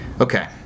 Okay